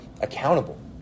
accountable